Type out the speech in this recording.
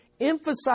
emphasize